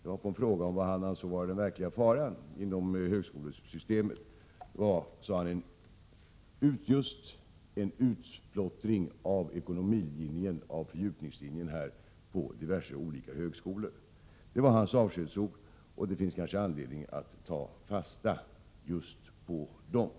Som svar på en fråga om vad han ansåg vara den verkliga faran inom högskolesystemet sade han att det var just en utplottring av ekonomilinjen, av fördjupningslinjen, på diverse olika högskolor. Det var hans avskedsord, och det finns kanske anledning att ta fasta på dem.